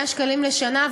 100 שקלים בשנה,